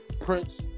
Prince